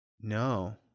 No